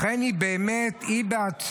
לכן היא באמת, היא בעצמה,